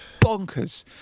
Bonkers